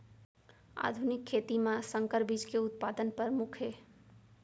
आधुनिक खेती मा संकर बीज के उत्पादन परमुख हे